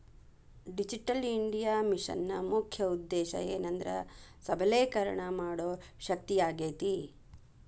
digital India ಮಿಷನ್ನ ಮುಖ್ಯ ಉದ್ದೇಶ ಏನೆಂದ್ರ ಸಬಲೇಕರಣ ಮಾಡೋ ಶಕ್ತಿಯಾಗೇತಿ